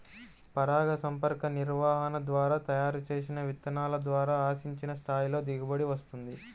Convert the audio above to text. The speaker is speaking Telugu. పరాగసంపర్క నిర్వహణ ద్వారా తయారు చేసిన విత్తనాల ద్వారా ఆశించిన స్థాయిలో దిగుబడి వస్తుంది